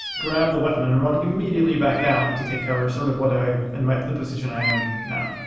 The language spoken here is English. grab the weapon and run immediately back down to take cover sort of what i in the position i'm in now.